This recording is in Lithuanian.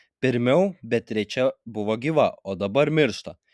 pirmiau beatričė buvo gyva o dabar miršta